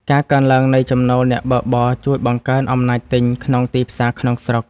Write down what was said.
ការកើនឡើងនៃចំណូលអ្នកបើកបរ ជួយបង្កើនអំណាចទិញក្នុងទីផ្សារក្នុងស្រុក។